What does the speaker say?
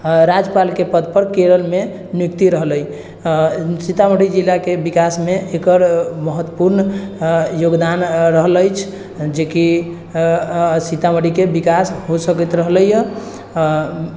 राज्यपालके पद पर केरलमे नियुक्ति रहलै सीतामढ़ी जिलाके विकासमे एकर महत्वपूर्ण योगदान रहल अछि जेकि सीतामढ़ीके विकास हो सकैत रहलैया